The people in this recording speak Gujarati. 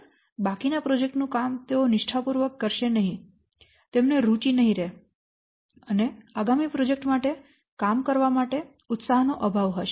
બાકીના પ્રોજેક્ટ નું કામ તેઓ નિષ્ઠાપૂર્વક કરશે નહીં તેમને રુચિ નહીં રહે અને આગામી પ્રોજેક્ટ્સ માટે કામ કરવા માટે ઉત્સાહ નો અભાવ હશે